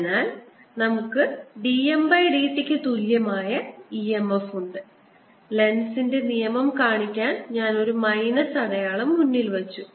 അതിനാൽ നമുക്ക് dmdt ക്ക് തുല്യമായ e m f ഉണ്ട് ലെൻസിന്റെ നിയമം കാണിക്കാൻ ഞാൻ ഒരു മൈനസ് അടയാളം മുന്നിൽ വെച്ചു